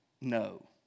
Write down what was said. No